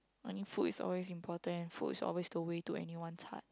I mean food is always important and food is always the way to anyone's heart